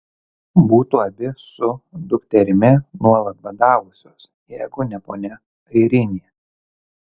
būtų abi su dukterimi nuolat badavusios jeigu ne ponia airinė